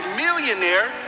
millionaire